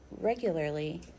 Regularly